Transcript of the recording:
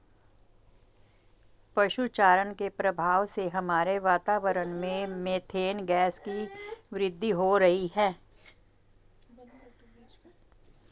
पशु चारण के प्रभाव से हमारे वातावरण में मेथेन गैस की वृद्धि हो रही है